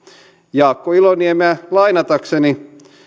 jaakko iloniemeä lainatakseni